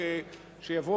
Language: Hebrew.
שבכל אחד מהחוקים,